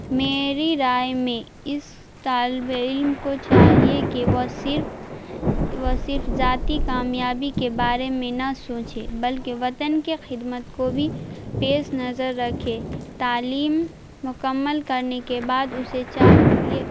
میری رائے میں اس طالب علم کو چاہیے کہ وہ صرف وہ صرف ذاتی کامیابی کے بارے میں نہ سوچے بلکہ وطن کے خدمت کو بھی پیش نظر رکھے تعلیم مکمل کرنے کے بعد اسے چاہیے